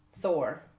Thor